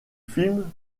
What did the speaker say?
film